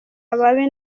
ababi